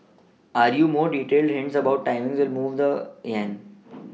any more detailed hints about timing will move the yen